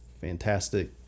Fantastic